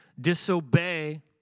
disobey